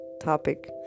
topic